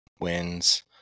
wins